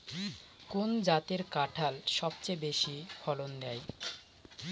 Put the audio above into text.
কোন জাতের কাঁঠাল সবচেয়ে বেশি ফলন দেয়?